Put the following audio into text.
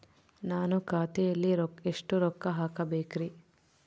ನಾನು ಖಾತೆಯಲ್ಲಿ ಎಷ್ಟು ರೊಕ್ಕ ಹಾಕಬೇಕ್ರಿ?